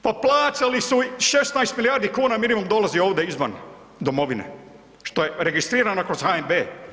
Pa plaćali su, 16 milijardi kuna minimum dolazi ovde izvan domovine, što je registrirano kroz HNB.